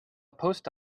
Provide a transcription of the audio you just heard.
post